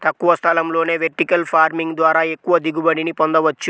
తక్కువ స్థలంలోనే vertical farming ద్వారా ఎక్కువ దిగుబడిని పొందవచ్చు